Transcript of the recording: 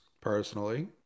personally